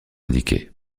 indiquées